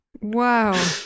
Wow